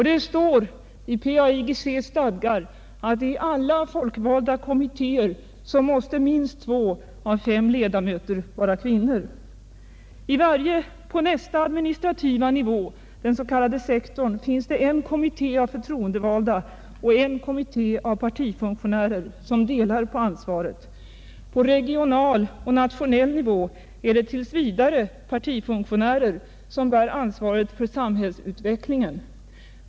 Det står i PAIGC:s stadgar att i alla folkvalda kommittder minst lvå av fem ledamöter mäste vara kvinnor. På nästa administrativa nivå, den s.k. sektorn, finns det en kommitté av förtroendevalda och en kommitté av partifunktionärer, som delar på ansvaret. På regional och nationell nivå är det tills vidare partifunktionärer som bär ansvaret för samhällsutvecklingen.